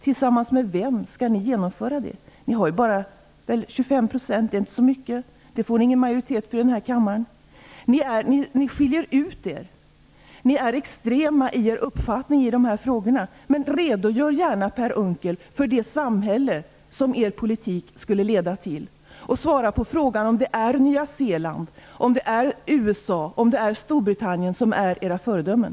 Tillsammans med vem skall ni genomföra det? Ni har bara 25 % av väljarna. Det är inte så mycket. Det ger ingen majoritet i denna kammare. Ni skiljer ut er - ni är extrema i er uppfattning i dessa frågor. Redogör gärna, Per Unckel, för det samhälle som Moderaternas politik skulle leda till. Och svara på frågan om ifall det är Nya Zeeland, USA och Storbritannien som är era föredömen.